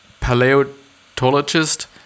paleontologist